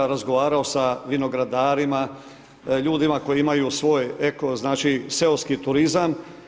Razgovarao sa vinogradarima, ljudima koji imaju eko, znači seoski turizam.